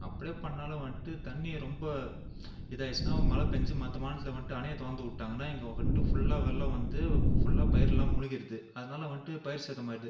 அப்படியே பண்ணிணாலும் வந்துட்டு தண்ணி ரொம்ப இதாக ஆகிடுச்சின்னா மழை பேஞ்சு மற்ற மாநிலத்தில் வந்துட்டு அணையை திறந்து விட்டாங்கன்னா இங்கே வந்துட்டு ஃபுல்லாக வெள்ளம் வந்து ஃபுல்லாக பயிரெல்லாம் முழுகிறது அதனால வந்துட்டு பயிர் சேதம் ஆகிடுது